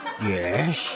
yes